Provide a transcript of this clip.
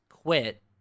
quit